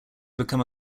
become